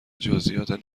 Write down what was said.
جزییات